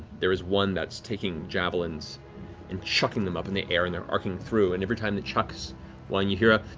there is one that's taking javelins and chucking them up in the air, and they're arcing through. and every time he chucks one, you hear a